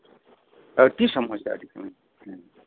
ᱟᱹᱰᱤ ᱥᱚᱢᱚᱥᱥᱟ ᱟᱹᱰᱤ ᱥᱚᱢᱚᱥᱥᱟ